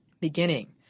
Beginning